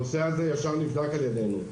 הנושא הזה ישר נבדק על ידינו.